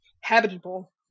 habitable